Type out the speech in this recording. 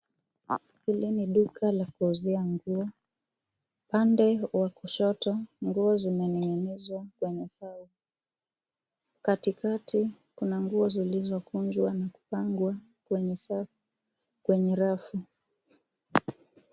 Hili ni duka la kuuzia nguo. Upande wa kushoto nguo zimeningizwa kwenye paa. Katikati kuna nguo zilizokunjwa na kupangwa kwenye safu kwenye rafu.